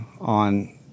on